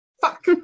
Fuck